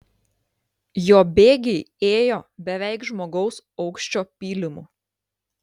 jo bėgiai ėjo beveik žmogaus aukščio pylimu